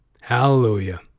Hallelujah